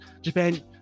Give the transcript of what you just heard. Japan